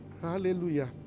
Hallelujah